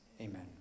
Amen